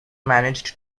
managed